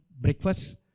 breakfast